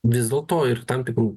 vis dėlto ir tam tikrų